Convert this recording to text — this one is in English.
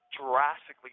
drastically